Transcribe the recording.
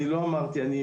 אני לא אמרתי את זה,